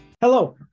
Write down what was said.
Hello